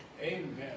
Amen